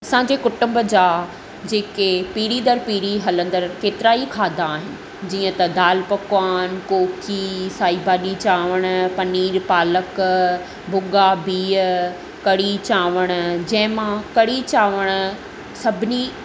असांजे कुटुंब जा जेके पीढ़ी दर पीढ़ी हलंदड़ केतिराई खाधा आहिनि जीअं त दालि पकवान कोकी साई भाॼी चांवरु पनीर पालक भुॻा बिह कढ़ी चांवरु जंहिं मां कढ़ी चांवरु सभिनी